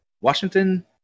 Washington